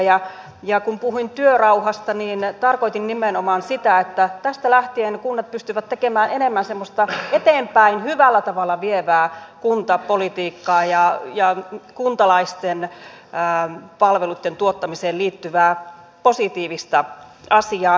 ja kun puhuin työrauhasta niin tarkoitin nimenomaan sitä että tästä lähtien kunnat pystyvät tekemään enemmän semmoista hyvällä tavalla eteenpäin vievää kuntapolitiikkaa ja kuntalaisten palveluitten tuottamiseen liittyvää positiivista asiaa mitä toivon